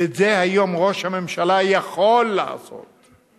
והיום ראש הממשלה יכול לעשות את זה.